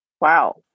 wow